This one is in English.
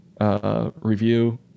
Review